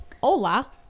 hola